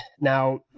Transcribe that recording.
Now